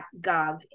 gov